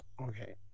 okay